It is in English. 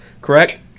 correct